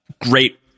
great